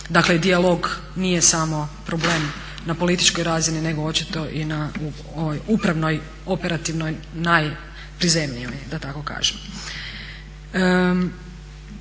Dakle dijalog nije samo problem na političkoj razini nego očito i na ovoj upravnoj, operativnoj, najprizemnijoj da tako kažem.